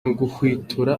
uguhwitura